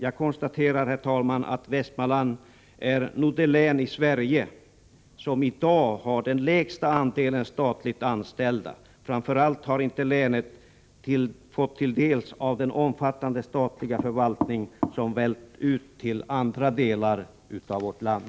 Jag konstaterar, herr talman, att Västmanland nog i dag är det län i Sverige som har den lägsta andelen statligt anställda. Framför allt har inte länet fått del av den omfattande statliga förvaltning som vällt ut till andra delar av vårt land.